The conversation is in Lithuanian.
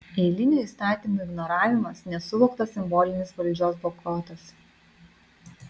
eilinių įstatymų ignoravimas nesuvoktas simbolinis valdžios boikotas